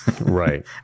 right